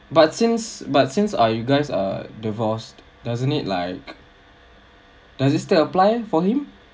but since but since uh you guys are divorced doesn't it like does it still apply for him